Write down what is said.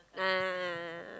a'ah a'ah